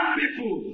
people